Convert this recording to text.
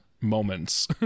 moments